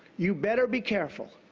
you better be careful,